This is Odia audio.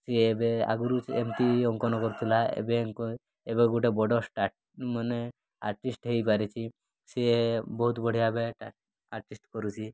ସିଏ ଏବେ ଆଗରୁ ଏମିତି ଅଙ୍କନ କରୁଥିଲା ଏବେ ଏବେ ଗୋଟେ ବଡ଼ ଷ୍ଟାର୍ଟ୍ ମାନେ ଆର୍ଟିଷ୍ଟ୍ ହେଇପାରିଛି ସିଏ ବହୁତ ବଢ଼ିଆ ଏବେ ଆର୍ଟିଷ୍ଟ୍ କରୁଛି